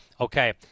okay